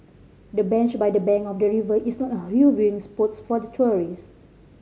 the bench by the bank of the river is a hot viewing spots for tourist